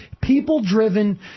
people-driven